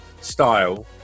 style